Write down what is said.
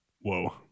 Whoa